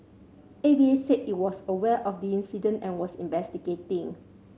A V A said it was aware of the incident and was investigating